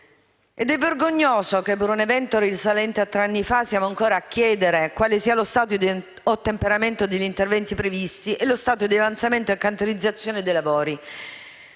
è vergognoso che per un evento risalente a tre anni fa siamo ancora a chiedere quale sia lo stato di ottemperamento degli interventi previsti e di avanzamento e cantierizzazione dei lavori.